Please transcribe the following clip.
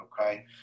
okay